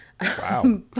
Wow